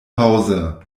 hause